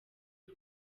aho